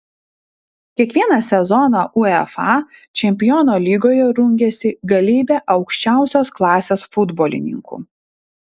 kiekvieną sezoną uefa čempionų lygoje rungiasi galybė aukščiausios klasės futbolininkų